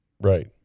Right